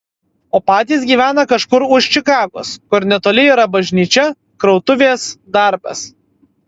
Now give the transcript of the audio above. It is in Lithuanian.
o patys gyvena kažkur už čikagos kur netoli yra bažnyčia krautuvės darbas